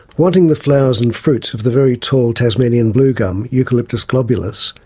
wanting the flowers and fruits of the very tall tasmanian bluegum, eucalyptus globulus,